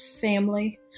family